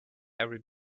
every